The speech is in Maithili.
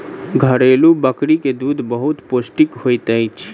घरेलु बकरी के दूध बहुत पौष्टिक होइत अछि